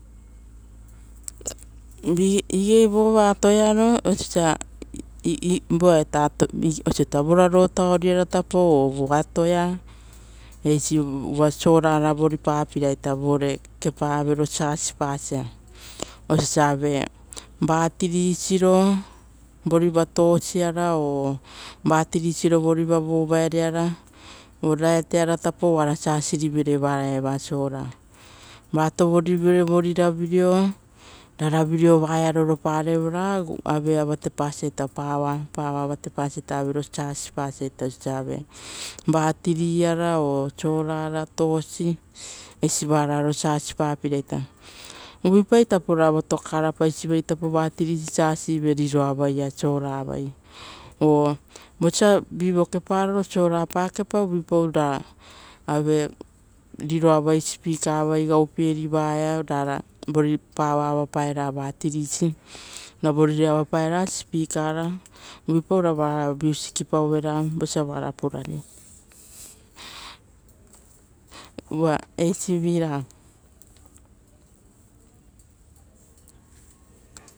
Igei vo atoiaro, ora tapo vo vo uvuapa tapi eisi uva ravireopara uva vara eva voripaiveira, vore kaparai avero siasipasa. Oiso osa ave vatiri siro vore tosiara, o aveavareoreopara, o aviavi piepara, oara siasi rivere eva ia sora, va tovorivere voari, ravireo, ra ravireo vaia rorore ve, ave vatesa gorua. Avero gorua vatepasa vatiri, ravireopara, torch, aviavipi eparai. Uvuipai ra votokara paisi vai tapo, siasi vere. Riroavai soravai, o vosa vi vokepa ro, sorapa kepa, uvuipau, ra, riroa vai gaupie sipika vai vaia. Ra voari paua avapa pere vatirisi. Ra voa rire avapape, sipikara ra uvuipai, ra vira ia viusikipau vere rara vara purari. Esiviraga.